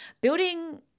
building